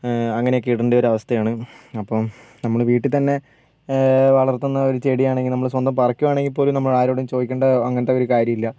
അങ്ങനക്കെ ഇടെണ്ട ഒരു അവസ്ഥയാണ് അപ്പം നമ്മൾ വീട്ടിൽ തന്നെ വളർത്തുന്ന ഒരു ചെടിയാണെങ്കിൽ നമ്മൾ സ്വന്തം പറിക്കുവാണെങ്കിൽ പോലും നമ്മൾ ആരോടും ചോദിക്കണ്ട അങ്ങനത്തെ ഒരു കാര്യം ഇല്ല